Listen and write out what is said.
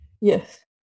Yes